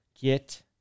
get